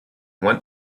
went